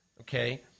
Okay